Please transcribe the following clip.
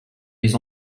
les